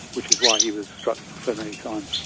which is why he was struck so many times.